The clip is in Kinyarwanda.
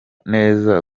neza